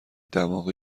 دماغ